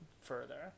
further